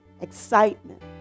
excitement